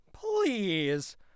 Please